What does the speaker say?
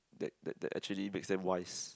that that that actually makes them wise